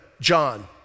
John